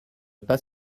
pas